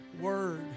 word